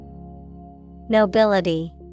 Nobility